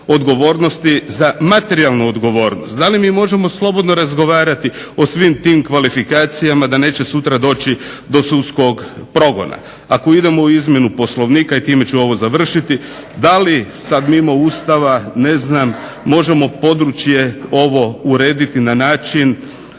odgovornosti i za materijalnu odgovornost. Dali mi možemo slobodno razgovarati o svim tim kvalifikacijama da neće sutra doći do sudskog progona? Ako idemo u izmjenu Poslovnika i time ću ovo završiti, da li sada mimo Ustava ne znam, možemo područje ovo urediti na način